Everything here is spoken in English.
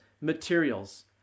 materials